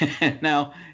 now